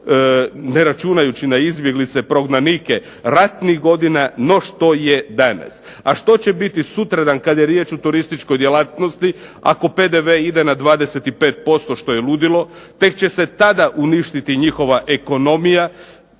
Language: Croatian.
ne računajući na izbjeglice, prognanike, ratnih godina no što je danas. A što će biti sutradan kad je riječ o turističkoj djelatnosti ako PDV ide na 25% što je ludilo. Tek će se tada uništiti njihova ekonomija.